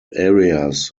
areas